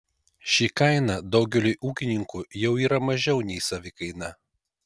ši kaina daugeliui ūkininkų jau yra mažiau nei savikaina